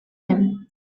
him